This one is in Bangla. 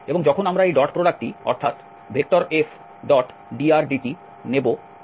এবং যখন আমরা এই ডট প্রোডাক্টটি অর্থাৎ Fdrdt নেব তখন আমরা এটি পাব